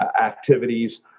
activities